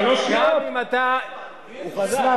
אני לא יודע.